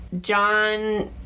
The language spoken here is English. John